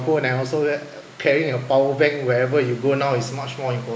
phone and also that carrying your power bank wherever you go now is much more important